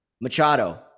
machado